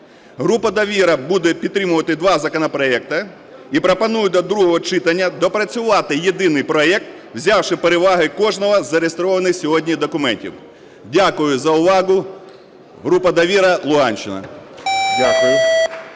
Група "Довіра" буде підтримувати два законопроекти і пропонує до другого читання допрацювати єдиний проект, взявши переваги кожного із зареєстрованих сьогодні документів. Дякую за увагу. Група "Довіра", Луганщина.